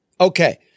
Okay